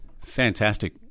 Fantastic